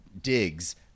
digs